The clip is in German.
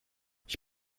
ich